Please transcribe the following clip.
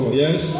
yes